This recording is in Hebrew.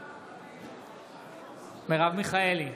בעד מרב מיכאלי,